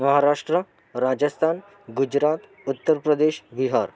Maharashtra Rajasthan Gujarat Uttar Pradesh Bihar